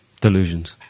delusions